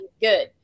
good